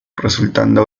resultando